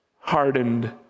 hardened